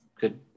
Good